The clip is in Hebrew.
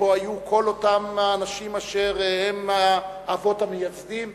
פה היו כל אותם אנשים אשר הם האבות המייסדים.